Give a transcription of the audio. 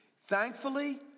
Thankfully